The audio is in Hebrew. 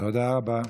תודה רבה.